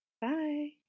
bye